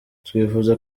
twifuza